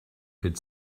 could